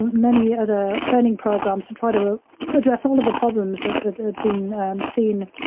many other training programs to try to address all of the problems that have been seen.